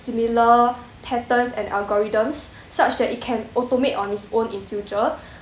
similar patterns and algorithms such that it can automate on its own in future